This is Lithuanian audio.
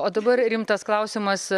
o dabar rimtas klausimas